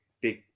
big